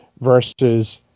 versus